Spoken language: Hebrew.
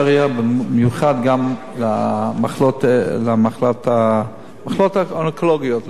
במיוחד למחלקות האונקולוגיות כולן.